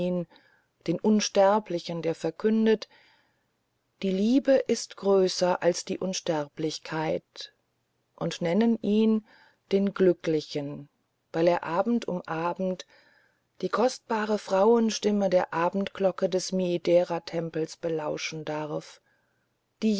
den unsterblichen der verkündet die liebe ist größer als die unsterblichkeit und nennen ihn den glücklichen weil er abend um abend die kostbare frauenstimme der abendglocke des miideratempels belauschen darf die